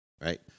Right